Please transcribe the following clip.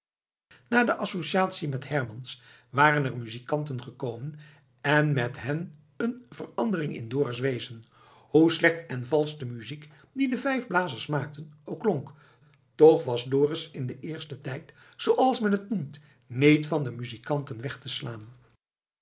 na de associatie met hermans waren er muzikanten gekomen en met hen een verandering in dorus wezen hoe slecht en valsch de muziek die de vijf blazers maakten ook klonk toch was dorus in den eersten tijd zooals men het noemt niet van de muzikanten weg te slaan